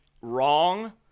wrong